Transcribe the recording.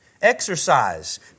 Exercise